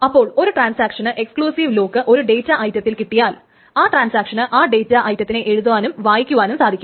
അപ്പോൾ ഒരു ട്രാൻസാക്ഷന് എക്സ്കൂളൂസിവ് ലോക്ക് ഒരു ഡേറ്റാ ഐറ്റത്തിൽ കിട്ടിയാൽ ആ ട്രാൻസാക്ഷന് ആ ഡേറ്റ ഐറ്റത്തിനെ എഴുതാനും വായിക്കുവാനും സാധിക്കും